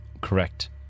correct